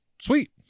sweet